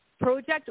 project